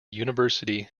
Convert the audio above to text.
university